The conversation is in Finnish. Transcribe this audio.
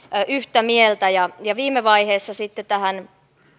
yhtä mieltä viime vaiheessa sitten tähän